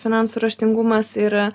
finansų raštingumas yra